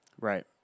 Right